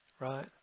right